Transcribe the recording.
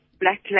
black